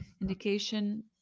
indication